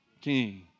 King